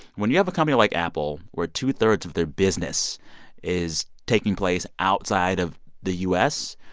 when you have a company like apple where two-thirds of their business is taking place outside of the u s,